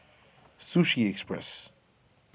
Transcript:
Sushi Express